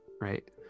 right